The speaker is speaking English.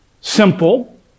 simple